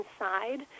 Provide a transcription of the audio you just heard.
inside